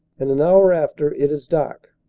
and an hour after it is dark.